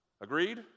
Agreed